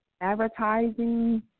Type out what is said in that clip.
Advertising